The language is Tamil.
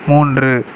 மூன்று